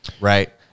right